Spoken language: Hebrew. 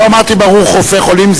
לא אמרתי "ברוך רופא חולים".